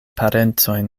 parencojn